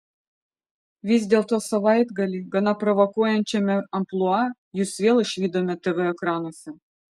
vis dėlto savaitgalį gana provokuojančiame amplua jus vėl išvydome tv ekranuose